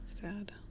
Sad